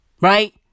Right